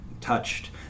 touched